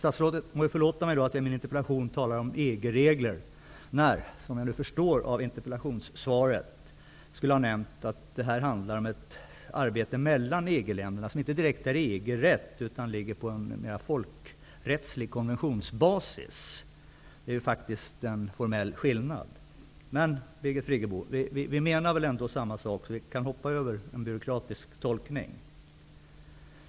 Statsrådet må förlåta mig att jag i min interpellation talar om EG-regler, när -- som jag nu förstår av interpellationssvaret -- jag skulle ha nämnt att det här handlar om ett arbete mellan EG-länderna som inte direkt gäller EG-rätt utan ligger på en mera folkrättslig konventionsbas. Det är ju faktiskt en formell skillnad. Men, Birgit Friggebo, vi menar väl samma sak, så vi kan hoppa över en byråkratisk tolkning!